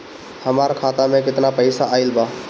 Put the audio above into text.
हमार खाता मे केतना पईसा आइल बा?